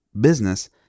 business